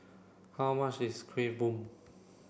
how much is Kueh Bom